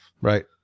Right